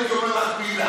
לא הייתי אומר לך מילה.